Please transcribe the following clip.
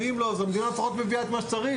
ואם לא אז המדינה לפחות מביאה את מה שצריך